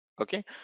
okay